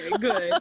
good